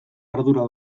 ardura